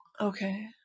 Okay